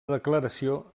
declaració